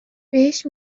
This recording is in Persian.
بهش